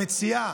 המציעה,